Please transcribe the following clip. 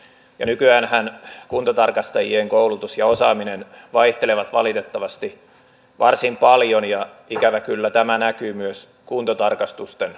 nykyäänhän kuntotarkastajien koulutus ja osaaminen vaihtelevat valitettavasti varsin paljon ja ikävä kyllä tämä näkyy myös kuntotarkastusten laadussa